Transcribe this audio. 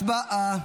הצבעה.